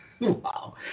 Wow